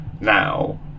now